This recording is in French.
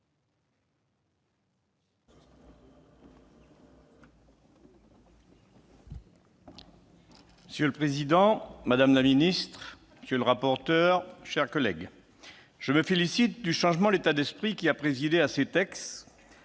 Monsieur le président, madame la ministre, chers collègues, je me félicite du changement d'état d'esprit qui a présidé à ces textes